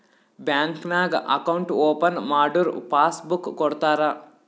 bank ನಾಗ್ account open ಮಾಡುರ್ passbook ಕೊಡ್ತಾರ